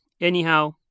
Anyhow